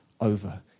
over